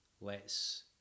lets